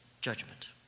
judgment